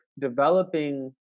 developing